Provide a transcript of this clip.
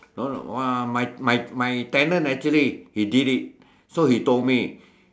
no no !wah! my my my tenant actually he did it so he told me